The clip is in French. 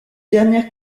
dernière